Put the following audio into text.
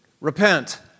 Repent